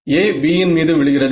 A B இன் மீது விழுகிறது